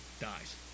dies